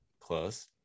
Close